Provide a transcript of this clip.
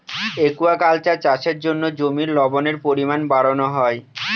aquaculture চাষের জন্য জমির লবণের পরিমান বাড়ানো হয়